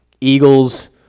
Eagles